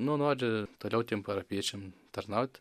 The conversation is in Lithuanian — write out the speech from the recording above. nu nori toliau tiem parapijiečiam tarnaut